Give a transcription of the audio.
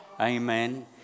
Amen